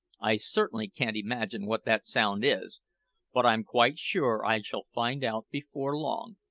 i certainly can't imagine what that sound is but i'm quite sure i shall find out before long,